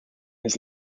his